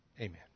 Amen